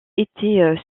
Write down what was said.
étaient